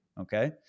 Okay